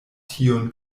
tiun